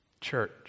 Church